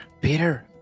Peter